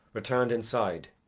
returned inside.